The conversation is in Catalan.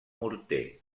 morter